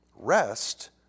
Rest